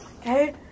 okay